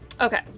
Okay